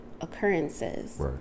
occurrences